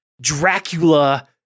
Dracula